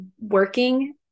working